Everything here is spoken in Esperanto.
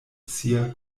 sia